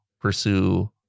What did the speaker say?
pursue